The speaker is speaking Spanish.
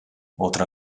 otra